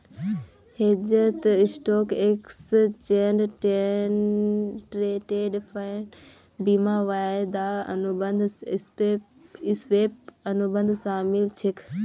हेजत stock, exchange traded fund, बीमा, वायदा अनुबंध, स्वैप, अनुबंध शामिल छेक